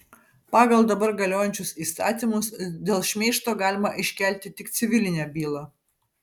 pagal dabar galiojančius įstatymus dėl šmeižto galima iškelti tik civilinę bylą